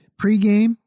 pregame